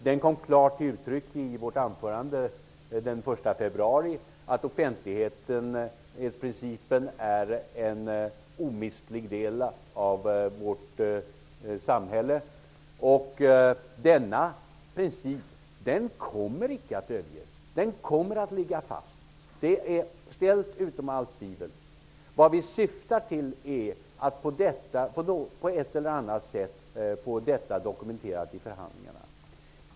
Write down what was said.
Den kom klart till uttryck i vårt anförande den 1 februari, då det sades att offentlighetsprincipen är en omistlig del av vårt samhälle. Denna princip kommer icke att överges. Den kommer att ligga fast. Det är ställt utom allt tvivel. Vårt syfte är att på ett eller annat sätt få detta dokumenterat i förhandlingarna.